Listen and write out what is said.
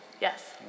Yes